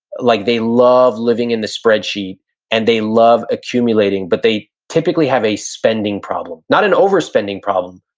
like they love living in the spreadsheet and they love accumulating but they typically have a spending problem not an overspending problem,